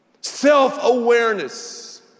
Self-awareness